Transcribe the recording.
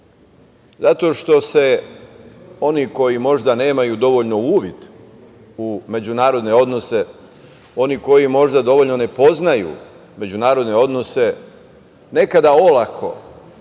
zato što se oni koji možda nemaju dovoljno uvid u međunarodne odnose, oni koji možda dovoljno ne poznaju međunarodne odnose, nekada olako